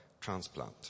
transplant